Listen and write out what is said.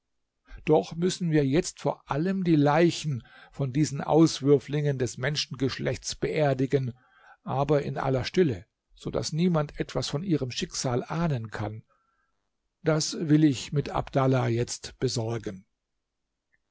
doch müssen wir jetzt vor allem die leichen von diesen auswürflingen des menschengeschlechts beerdigen aber in aller stille so daß niemand etwas von ihrem schicksal ahnen kann das will ich mit abdallah jetzt besorgen